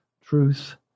Truth